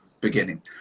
beginning